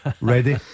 Ready